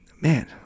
man